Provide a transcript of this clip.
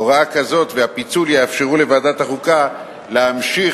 הוראה כזאת והפיצול יאפשרו לוועדת החוקה להמשיך